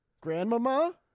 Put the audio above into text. Grandmama